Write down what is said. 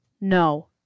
No